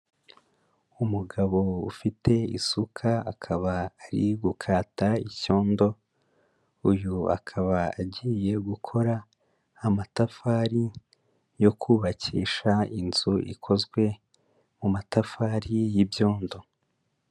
Umugabo ufite isuka, akaba ari gukata icyondo, uyu akaba agiye gukora amatafari yo kubakisha inzu, ikozwe mu matafari y'ibyondo.